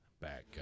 back